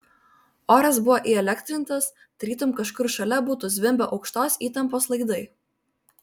oras buvo įelektrintas tarytum kažkur šalia būtų zvimbę aukštos įtampos laidai